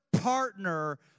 partner